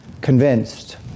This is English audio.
convinced